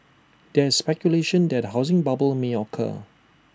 there is speculation that A housing bubble may occur